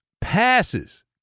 passes